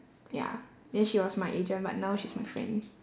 ya then she was my agent but now she's my friend